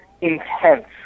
intense